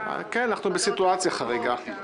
אנחנו בסיטואציה חריגה.